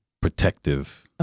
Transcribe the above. protective